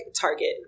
target